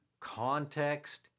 context